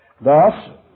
Thus